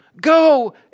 go